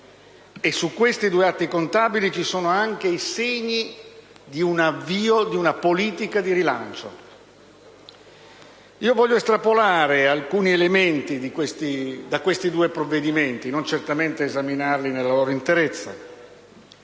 di questi conti e ci sono anche i segni dell'avvio di una politica di rilancio. Voglio estrapolare alcuni elementi da questi due provvedimenti, senza certamente esaminarli nella loro interezza.